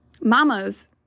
Mama's